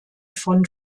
von